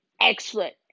excellent